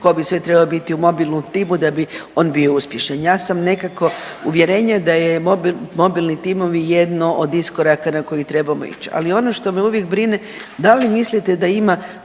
tko bi sve trebao biti u mobilnom timu da bi on bio uspješan. Ja sam nekako uvjerenja da je mobilni timovi jedno od iskoraka na koji trebamo ići. Ali ono što me uvijek brine, da li mislite da ima